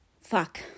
Fuck